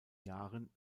jahren